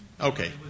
Okay